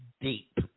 deep